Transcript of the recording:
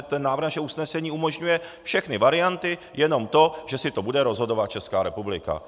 Ten návrh našeho usnesení umožňuje všechny varianty, jenom to, že si to bude rozhodovat Česká republika.